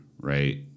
right